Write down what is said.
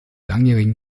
langjährigen